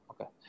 okay